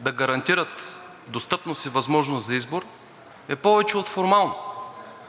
да гарантират достъпност и възможност за избор е повече от формално.